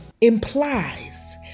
implies